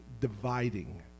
dividing